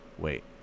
Wait